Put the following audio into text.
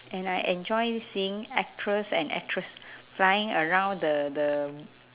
and I enjoy seeing actors and actress flying around the the